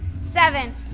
seven